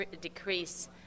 decrease